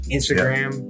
Instagram